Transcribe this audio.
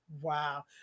Wow